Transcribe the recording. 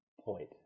point